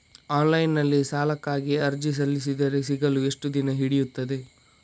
Online ನಲ್ಲಿ ಸಾಲಕ್ಕಾಗಿ ಅರ್ಜಿ ಸಲ್ಲಿಸಿದರೆ ಸಿಗಲು ಎಷ್ಟು ದಿನ ಹಿಡಿಯುತ್ತದೆ?